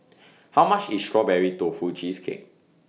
How much IS Strawberry Tofu Cheesecake